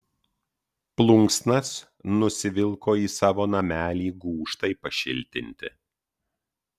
plunksnas nusivilko į savo namelį gūžtai pašiltinti